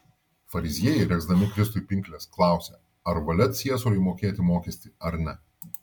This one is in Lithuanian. fariziejai regzdami kristui pinkles klausė ar valia ciesoriui mokėti mokestį ar ne